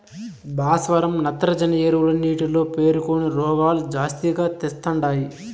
భాస్వరం నత్రజని ఎరువులు నీటిలో పేరుకొని రోగాలు జాస్తిగా తెస్తండాయి